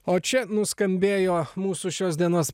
o čia nuskambėjo mūsų šios dienos